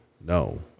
no